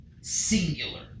singular